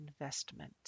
investment